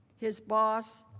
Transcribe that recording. his boss,